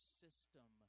system